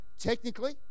technically